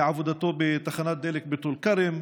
מעבודתו בתחנת דלק בטול כרם.